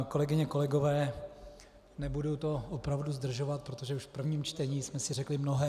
Kolegyně, kolegové, nebudu to opravdu zdržovat, protože už v prvním čtení jsme si řekli mnohé.